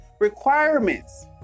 requirements